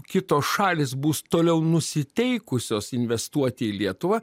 kitos šalys bus toliau nusiteikusios investuoti į lietuvą